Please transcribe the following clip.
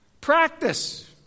Practice